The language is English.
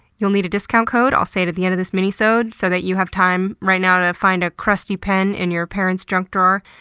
you'll need a discount code. i'll say it at the end of this minisode so that you have time, right now, to find a crusty pen in your parents' junk drawer.